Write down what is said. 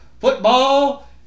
football